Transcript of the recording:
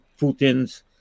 Putin's